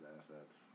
assets